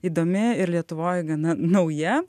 įdomi ir lietuvoj gana nauja